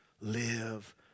live